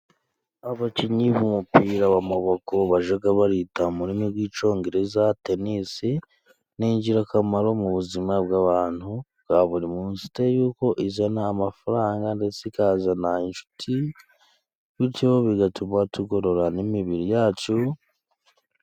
Abakinnyi b' umupira w'amaboko, bajya bita mu rurimi rw'icyongereza tenisi. Ni ingirakamaro mu buzima bw'abantu bwa buri munsi, bitewe nuko izana amafaranga ndetse ikazana inshuti, bityo bigatuma tugorora imibiri yacu.